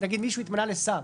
נגיד מישהו התמנה לשר,